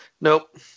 Nope